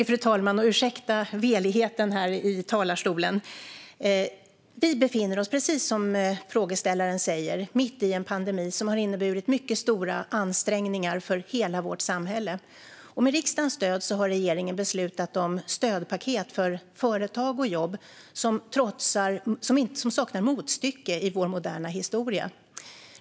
Fru talman! Ursäkta veligheten här i talarstolen! Vi befinner oss, precis som frågeställaren sa, mitt i en pandemi som har inneburit mycket stora ansträngningar för hela vårt samhälle. Med riksdagens stöd har regeringen beslutat om stödpaket för företag och jobb som saknar motstycke i vår moderna historia.